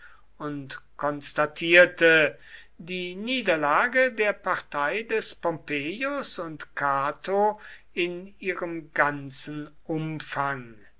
und konstatierte die niederlage der partei des pompeius und cato in ihrem ganzen umfang